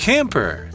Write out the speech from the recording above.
Camper